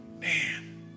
Man